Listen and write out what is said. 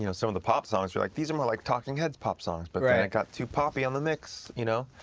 you know some of the pop songs, we're like, these are more like talking heads pop songs, but then and it got too poppy on the mix. you know